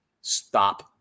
Stop